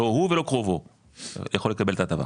לא הוא ולא קרובו יכול לקבל את ההטבה.